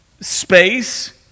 space